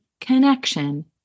connection